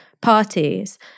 parties